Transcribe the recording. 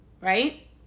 right